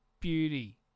beauty